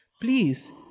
Please